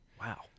Wow